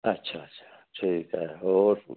ਅੱਛਾ ਅੱਛਾ ਠੀਕ ਹੈ ਹੋਰ